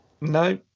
No